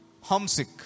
homesick